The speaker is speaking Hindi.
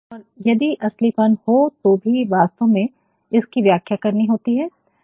और यदि असलीपन हो तो भी वास्तव में इसकी व्याख्या करनी होती है